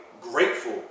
grateful